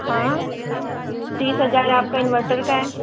हाँ तीस हज़ार आप का इन्वर्टर का है